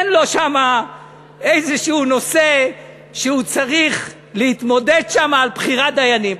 אין לו שם איזשהו נושא שהוא צריך להתמודד שם על בחירת דיינים.